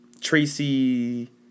Tracy